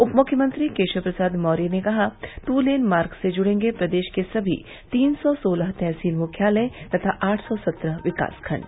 उप मुख्यमंत्री केशव प्रसाद मौर्य ने कहा ट्र लेन मार्ग से जुड़ेगें प्रदेश के सभी तीन सौ सोलह तहसील मुख्यालय तथा आठ सौ सत्रह विकास खण्ड